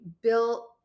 built